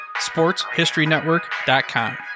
sportshistorynetwork.com